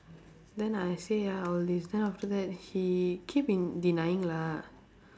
then I say ah all this then after that he keep denying lah